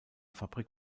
fabrik